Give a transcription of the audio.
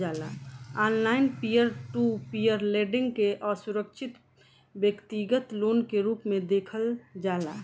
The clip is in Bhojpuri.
online peer to peer lending के असुरक्षित व्यतिगत लोन के रूप में देखल जाला